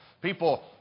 People